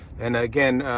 and, again,